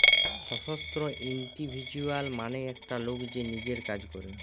স্বতন্ত্র ইন্ডিভিজুয়াল মানে একটা লোক যে নিজের কাজ করে